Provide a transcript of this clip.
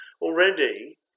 Already